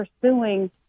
pursuing